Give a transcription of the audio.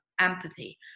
empathy